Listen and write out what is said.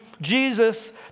Jesus